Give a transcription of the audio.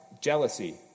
jealousy